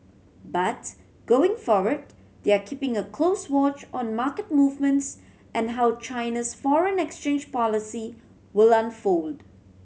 but going forward they are keeping a close watch on market movements and how China's foreign exchange policy will unfold